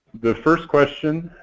the first question